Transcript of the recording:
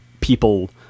people